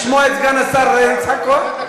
לשמוע את סגן השר יצחק כהן?